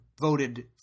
voted